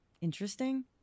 interesting